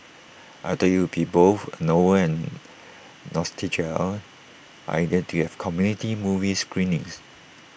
I thought IT would be both A novel and idea to have community movie screenings